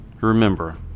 Remember